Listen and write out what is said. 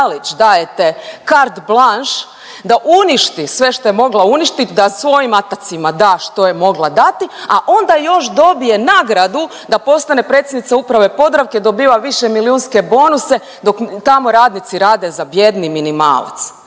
dajete card blanš da uništi sve što je mogla uništiti, da svojim atacima da što je mogla dati, a onda još dobije nagradu da postane predsjednica Uprave Podravke i dobiva više milijunske bonuse dok tamo radnici rade za bijedni minimalac.